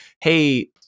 hey